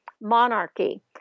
monarchy